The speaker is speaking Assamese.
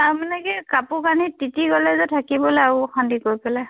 তাৰমানে কি কাপোৰ কানি তিতি গ'লে যে থাকিবলৈ আৰু অশান্তি কৰি পেলাই